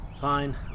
Fine